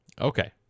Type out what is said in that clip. Okay